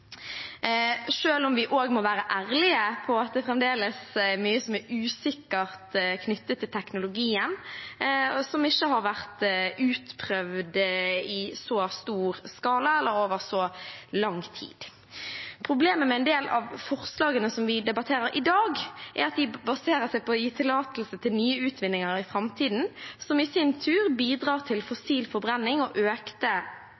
vi må være ærlig på at det fremdeles er mye som er usikkert knyttet til teknologien, og som ikke har vært utprøvd i så stor skala eller over så lang tid. Problemet med en del av forslagene som vi debatterer i dag, er at de baserer seg på å gi tillatelse til nye utvinninger i framtiden, som i sin tur bidrar til